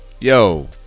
Yo